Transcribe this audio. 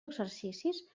exercicis